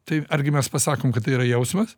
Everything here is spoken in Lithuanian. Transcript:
tai argi mes pasakom kad tai yra jausmas